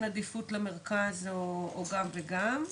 שהיא בכל זאת עדיפות למרכז או גם וגם?